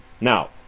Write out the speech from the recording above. now